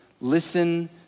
Listen